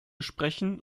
sprechen